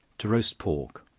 to roast pork.